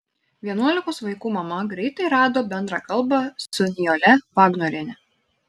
vienuolikos vaikų mama greitai rado bendrą kalbą su nijole vagnoriene